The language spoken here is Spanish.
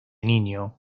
niño